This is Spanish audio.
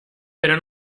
pero